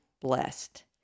blessed